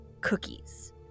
cookies